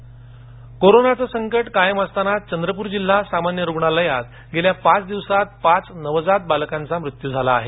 चंद्रपर कोरोनाचं संकट कायम असतानाच चंद्रप्र जिल्हा सामान्य रुग्णालयात गेल्या पाच दिवसांत पाच नवजात बालकांचा मृत्यू झाला आहे